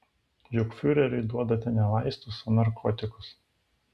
juk fiureriui duodate ne vaistus o narkotikus